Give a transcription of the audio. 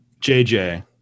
JJ